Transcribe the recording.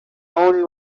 only